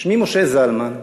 שמי משה זלמן,